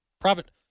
private